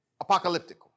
apocalyptic